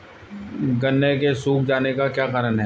गन्ने के सूख जाने का क्या कारण है?